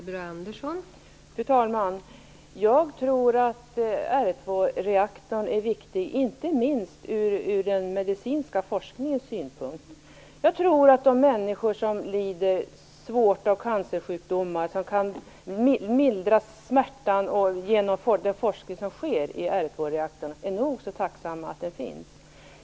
Fru talman! Jag tror att R2-reaktorn är viktig - inte minst ur den medicinska forskningens synpunkt. Jag tror att de människor som lider svårt av cancersjukdomar och som kan mildra smärtan tack vare den forskning som sker i R2-reaktorn är nog så tacksamma för att den finns.